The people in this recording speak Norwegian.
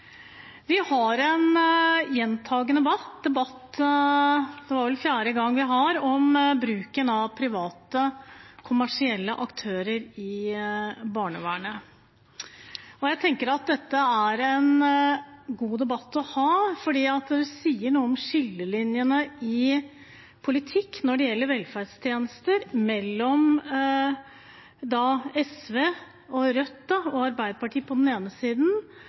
Vi har en gjentagende debatt – det er vel fjerde gangen – om bruken av private kommersielle aktører i barnevernet. Jeg tenker at dette er en god debatt å ha fordi det sier noe om skillelinjene i politikken når det gjelder velferdstjenester, mellom SV, Rødt og Arbeiderpartiet på den ene siden